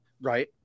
Right